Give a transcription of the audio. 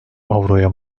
avroya